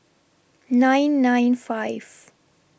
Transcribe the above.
nine nine five